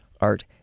art